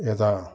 यता